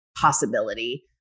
possibility